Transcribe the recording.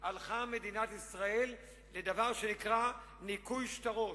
הלכה מדינת ישראל לדבר שנקרא "ניכוי שטרות",